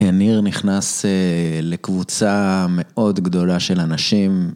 יניר נכנס לקבוצה מאוד גדולה של אנשים.